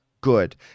good